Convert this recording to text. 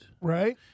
Right